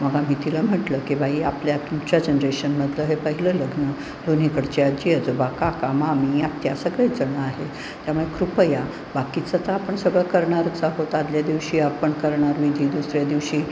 मग आम्ही तिला म्हटलं की बाई आपल्या तुमच्या जनरेशनमधलं हे पहिलं लग्न दोन्हीकडची आजी अजोबा काका मामी आत्त्या सगळेच जण आहे त्यामुळे कृपया बाकीचं तर आपण सगळं करणारच आहोत आधल्या दिवशी आपण करणार विधी दुसऱ्या दिवशी